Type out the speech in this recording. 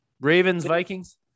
Ravens-Vikings